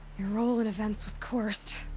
your role in events was coerced.